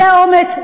זה אומץ,